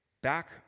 Back